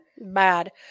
Bad